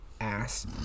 ass